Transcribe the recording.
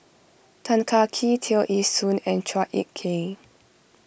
Tan Kah Kee Tear Ee Soon and Chua Ek Kay